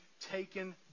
taken